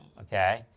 okay